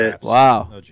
Wow